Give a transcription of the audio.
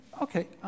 okay